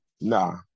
Nah